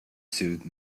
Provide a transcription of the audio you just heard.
soothe